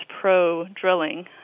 pro-drilling